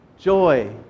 joy